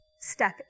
step